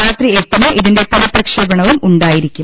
രാത്രി എട്ടിന് ഇതിന്റെ പുനഃപ്രക്ഷേപണവും ഉണ്ടായിരിക്കും